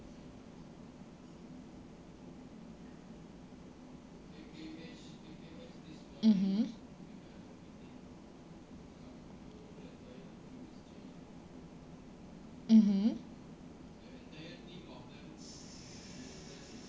mmhmm mmhmm